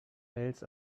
mails